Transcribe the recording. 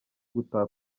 gutaha